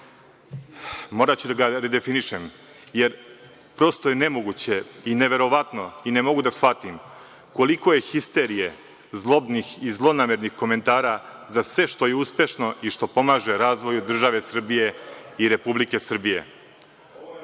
moraću da ga redefinišem, jer prosto je nemoguće, neverovatno i ne mogu da shvatim koliko je histerije, zlobnih i zlonamernih komentara za sve što je uspešno i što pomaže razvoju države Srbije i Republike Srbije. Ono